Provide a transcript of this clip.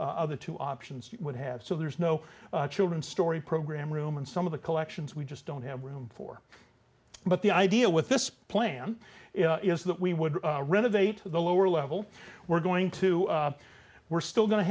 other two options would have so there's no children's story program room and some of the collections we just don't have room for but the idea with this plan is that we would renovate the lower level we're going to we're still going to